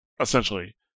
essentially